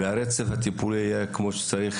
צריך שהרצף הטיפולי יהיה כמו שצריך,